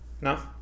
No